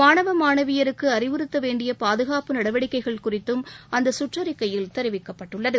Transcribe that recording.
மாணவ மாணவியருக்கு அறிவுறுத்த வேண்டிய பாதுகாப்பு நடவடிக்கைகள் குறித்தும் அந்த சுற்றறிக்கையில் தெரிவிக்கப்பட்டுள்ளது